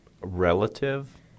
relative